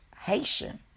Haitian